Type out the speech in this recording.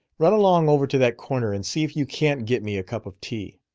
run along over to that corner and see if you can't get me a cup of tea.